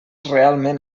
realment